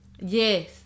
Yes